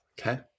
Okay